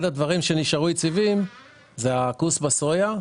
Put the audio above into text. אחד הדברים שנשארו יציבים זה הכוספת סויה,